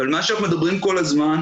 אבל מה שאנחנו אומרים כל הזמן,